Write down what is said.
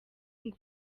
ngo